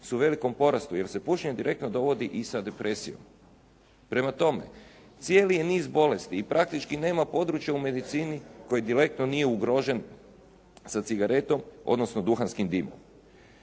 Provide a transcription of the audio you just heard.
su u velikom porastu jer se pušenje direktno dovodi i sa depresijom. Prema tome, cijeli je niz bolesti i praktički nema područja u medicini koji direktno nije ugrožen sa cigaretom odnosno duhanskim dimom.